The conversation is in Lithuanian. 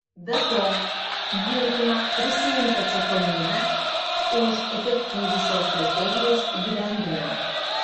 be to būtina prisiimti atsakomybę už efektyvų šios strategijos įgyvendinimą